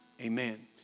Amen